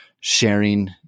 sharing